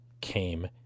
came